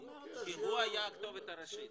כי הוא היה הכתובת הראשית.